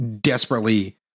desperately